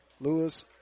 Lewis